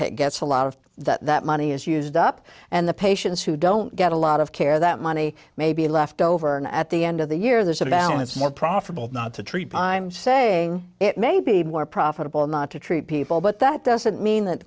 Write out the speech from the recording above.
care gets a lot of that money is used up and the patients who don't get a lot of care that money maybe left over at the end of the year there's a balance more profitable not to treat i'm saying it may be more profitable not to treat people but that doesn't mean that